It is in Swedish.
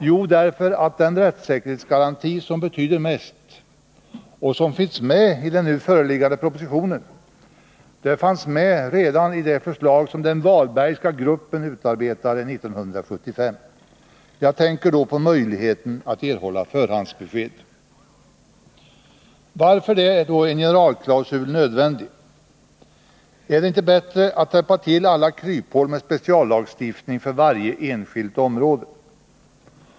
Jo, därför att den rättssäkerhetsgaranti som betyder mest och som finns med i den nu föreliggande propositionen fanns med redan i det förslag som den Walbergska gruppen utarbetade 1975. Jag tänker då på möjligheten att erhålla förhandsbesked. Varför är då en generalklausul nödvändig? Är det inte bättre att täppa till alla kryphål med speciallagstiftning för varje enskilt område?